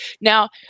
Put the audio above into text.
Now